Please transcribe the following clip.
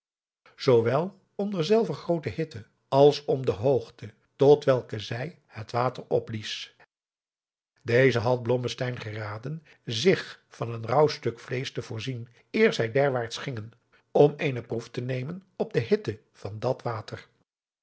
zoowel om derzelver groote hitte als om de hoogte tot welke zij het water opblies deze had blommesteyn geraden zich van een raauw stuk vleesch te voorzien eer zij derwaarts gingen om eene proef te nemen op de hitte van dat water